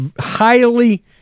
highly